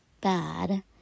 bad